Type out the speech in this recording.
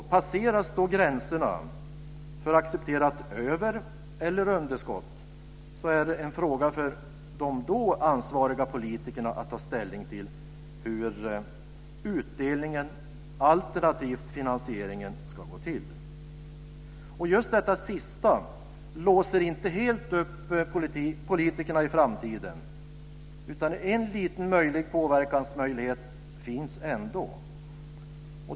Passeras då gränserna för accepterat över eller underskott är det en fråga för de då ansvariga politikerna att ta ställning till hur utdelningen alternativt finansieringen ska gå till. Just detta sista låser inte helt upp politikerna i framtiden, utan en liten påverkansmöjlighet finns ändå.